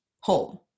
home